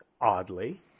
Oddly